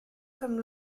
comme